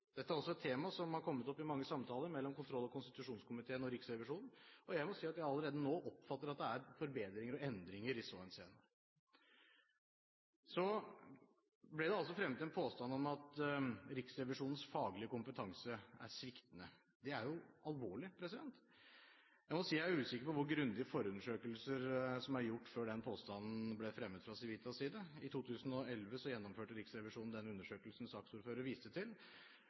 Dette er også et tema som har kommet opp i mange samtaler mellom kontroll- og konstitusjonskomiteen og Riksrevisjonen, og jeg må si at jeg allerede nå oppfatter at det er forbedringer og endringer i så henseende. Så ble det fremmet en påstand om at Riksrevisjonens faglige kompetanse er sviktende. Det er jo alvorlig! Jeg må si jeg er usikker på hvor grundige forundersøkelser som er gjort før den påstanden ble fremmet fra Civitas side. I 2011 gjennomførte Riksrevisjonen den undersøkelsen saksordføreren viste til,